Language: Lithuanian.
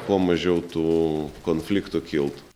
kuo mažiau tų konfliktų kiltų